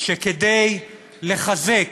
שכדי לחזק